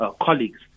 colleagues